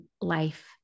life